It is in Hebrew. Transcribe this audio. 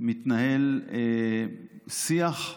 מתנהל שיח.